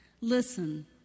Listen